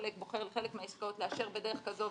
והסולק בוחר חלק מהעסקאות לאשר בדרך כזו,